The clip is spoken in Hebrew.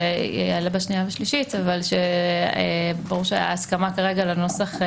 זה יעלה לקראת שנייה ושלישית אבל ברור שההסכמה כרגע לנוסח,